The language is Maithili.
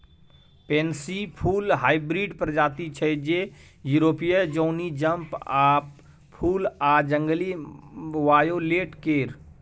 पेनसी फुल हाइब्रिड प्रजाति छै जे युरोपीय जौनी जंप अप फुल आ जंगली वायोलेट केर